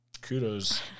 Kudos